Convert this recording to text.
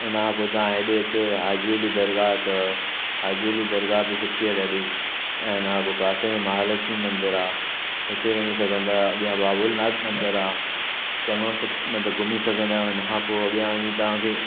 उनखां पोइ तव्हां हेॾे अचो त हाजी अली दरगाह तव हाजी अली दरगाह बि सुठी आहे ॾाढी ऐं हुनखां पोइ पासे में महालक्ष्मी मंदरु आहे हुते वञी सघंदा आहियो अॻियां बाबूलनाथ मंदरु आहे चङो सभु मतिलबु घुमी सघंदा आहियो हुनखां पोइ अॻियां वञी तव्हांखे